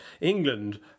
England